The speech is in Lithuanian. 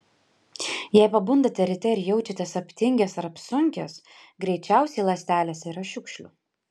jei pabundate ryte ir jaučiatės aptingęs ar apsunkęs greičiausiai ląstelėse yra šiukšlių